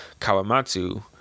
Kawamatsu